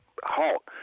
halt